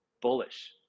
bullish